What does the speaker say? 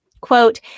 quote